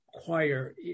choir